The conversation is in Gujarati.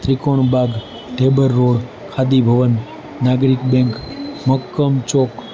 ત્રિકોણ બાગ ઢેબર રોડ ખાદી ભવન નાગરિક બેંક મક્કમ ચોક